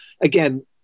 again